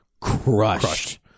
crushed